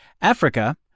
Africa